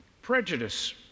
prejudice